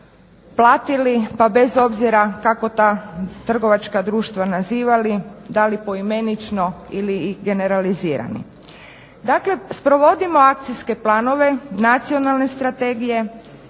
platili. Pa bez obzira kako ta trgovačka društva nazivali, da li poimenično ili ih generalizirali. Dakle, sprovodimo akcijske planove, nacionalne strategije